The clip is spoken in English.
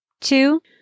Two